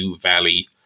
Valley